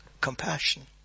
compassion